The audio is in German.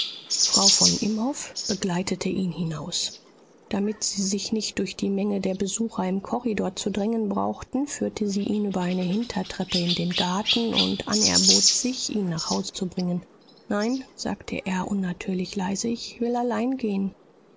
frau von imhoff begleitete ihn hinaus damit sie sich nicht durch die menge der besucher im korridor zu drängen brauchten führte sie ihn über eine hintertreppe in den garten und anerbot sich ihn nach haus zu bringen nein sagte er unnatürlich leise ich will allein gehen